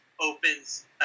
opens